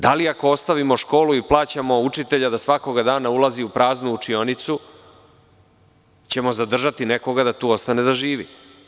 Da li, ako ostavimo školu i plaćamo učitelja da svakoga dana ulazi u praznu učionicu, ćemo zadržati nekoga da tu ostane da živi?